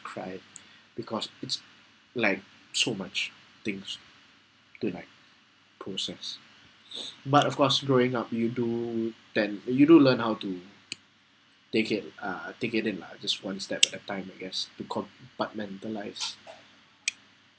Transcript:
cried because it's like so much things to like process but of course growing up you do then you do learn how to take it uh take it in lah just one step at a time I guess to compartmentalise